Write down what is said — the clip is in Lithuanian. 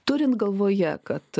turint galvoje kad